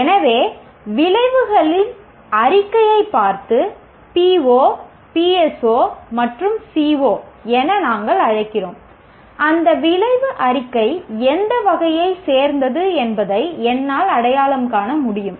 எனவே விளைவு அறிக்கையைப் பார்த்து பிஓ பிஎஸ்ஓ மற்றும் சிஓ என நாங்கள் அழைக்கிறோம் அந்த விளைவு அறிக்கை எந்த வகையைச் சேர்ந்தது என்பதை என்னால் அடையாளம் காண முடியும்